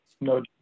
No